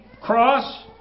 cross